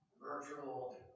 Virtual